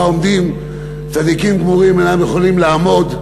עומדים צדיקים גמורים אינם יכולים לעמוד,